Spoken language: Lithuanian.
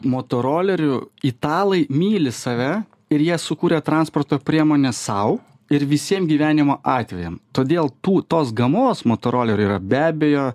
motorolerių italai myli save ir jie sukuria transporto priemonę sau ir visiem gyvenimo atvejam todėl tų tos gamos motorolerių yra be abejo